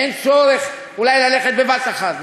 אין צורך אולי ללכת בבת-אחת.